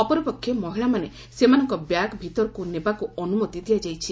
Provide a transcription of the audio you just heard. ଅପରପକ୍ଷରେ ମହିଳାମାନେ ସେମାନଙ୍ଙ ବ୍ୟାଗ୍ ଭିତରକୁ ନେବାକୁ ଅନ୍ମତି ଦିଆଯାଇଛି